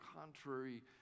contrary